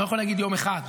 אני לא יכול להגיד יום אחד,